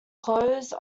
close